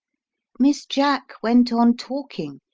miss jack went on talking,